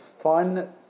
fun